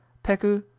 pegu,